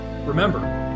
Remember